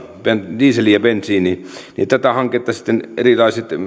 dieseliin ja bensiiniin eli tätä hanketta sitten erilaiset